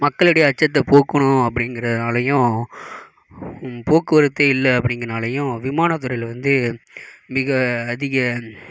மக்களுடைய அச்சத்தை போக்கணும் அப்பிடிங்கறதுனாலேயும் போக்குவரத்து இல்லை அப்பிடிங்கறதுனாலேயும் விமானத்துறையில் வந்து மிக அதிக